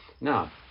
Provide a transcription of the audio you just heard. Now